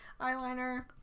eyeliner